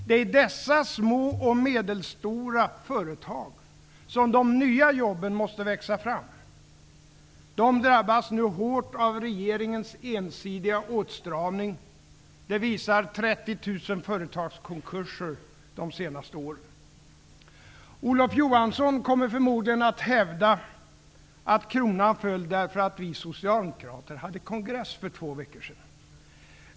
Det är i dessa små och medelstora företag som de nya jobben måste växa fram. De drabbas nu hårt av regeringens ensidiga åtstramning. Det visar 30 000 företagskonkurser de senaste åren. Olof Johansson kommer förmodligen att hävda att kronan föll därför att vi socialdemokrater hade kongress för två veckor sedan.